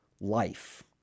life